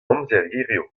amzer